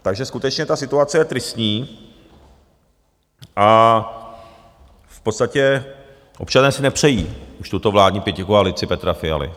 Takže skutečně ta situace je tristní a v podstatě občané si nepřejí už tuto vládní pětikoalici Petra Fialy.